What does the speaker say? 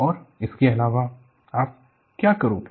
और इसके अलावा आप क्या करोगे